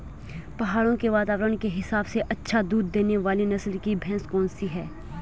पहाड़ों के वातावरण के हिसाब से अच्छा दूध देने वाली नस्ल की भैंस कौन सी हैं?